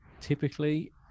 typically